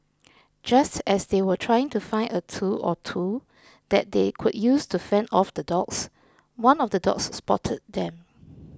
just as they were trying to find a tool or two that they could use to fend off the dogs one of the dogs spotted them